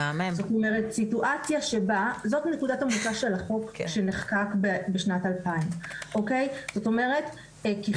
זאת נקודת המוצא של החוק שנחקק בשנת 2000. ככלל,